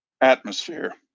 atmosphere